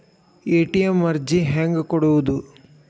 ATM ಅರ್ಜಿ ಹೆಂಗೆ ಕೊಡುವುದು?